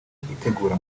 itegura